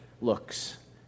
looks